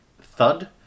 thud